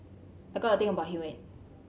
I got a thing about humid